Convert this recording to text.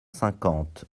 cinquante